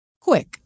Quick